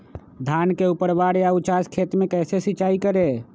धान के ऊपरवार या उचास खेत मे कैसे सिंचाई करें?